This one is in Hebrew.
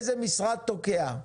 איזה משרד תוקע.